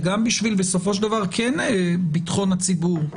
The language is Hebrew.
ובסופו של דבר גם עבור ביטחון הציבור,